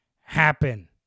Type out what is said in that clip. happen